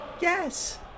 Yes